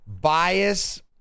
bias